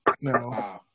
no